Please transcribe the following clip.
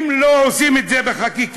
אם לא עושים את זה בחקיקה,